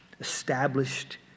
established